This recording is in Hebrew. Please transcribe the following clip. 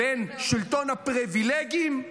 בין שלטון הפריבילגים,